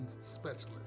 specialist